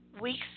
Weeks